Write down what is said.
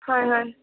হয় হয়